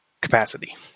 capacity